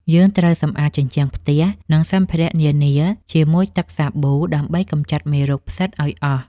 យើងត្រូវសម្អាតជញ្ជាំងផ្ទះ និងសម្ភារៈនានាជាមួយទឹកសាប៊ូដើម្បីកម្ចាត់មេរោគផ្សិតឱ្យអស់។